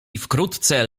wkrótce